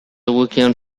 wikian